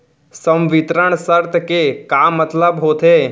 संवितरण शर्त के का मतलब होथे?